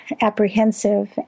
apprehensive